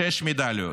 שש מדליות,